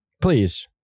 please